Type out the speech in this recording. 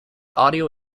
audio